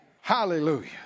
Hallelujah